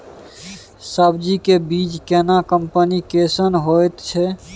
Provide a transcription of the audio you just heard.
सब्जी के बीज केना कंपनी कैसन होयत अछि?